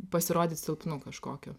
pasirodyt silpnu kažkokiu